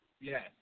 Yes